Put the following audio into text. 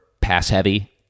pass-heavy